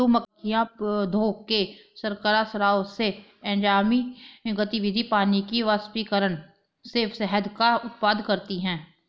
मधुमक्खियां पौधों के शर्करा स्राव से, एंजाइमी गतिविधि, पानी के वाष्पीकरण से शहद का उत्पादन करती हैं